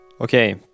Okay